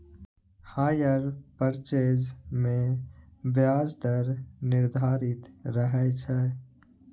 hire purchase मे ब्याज दर निर्धारित रहै छै